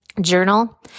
journal